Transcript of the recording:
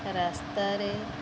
ରାସ୍ତାରେ